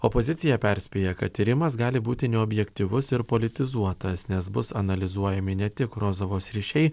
opozicija perspėja kad tyrimas gali būti neobjektyvus ir politizuotas nes bus analizuojami ne tik rozovos ryšiai